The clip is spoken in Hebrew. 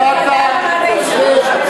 אדוני,